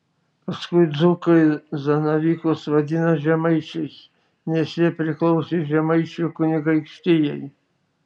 paskui dzūkai zanavykus vadina žemaičiais nes jie priklausė žemaičių kunigaikštijai